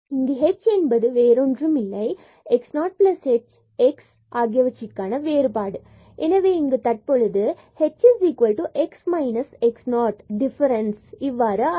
இங்கு h என்பது வேறொன்றுமில்லை x0h x ஆகியவற்றிற்கான வேறுபாடு ஆகும் எனவே இங்கு தற்பொழுது h x x0 டிஃபரன்ஸ் இவ்வாறு ஆகிறது